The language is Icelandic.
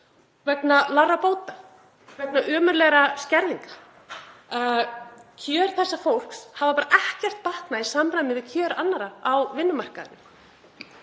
vegna lágra bóta, vegna ömurlegra skerðinga. Kjör þessa fólks hafa bara ekkert batnað í samræmi við kjör annarra á vinnumarkaðinum.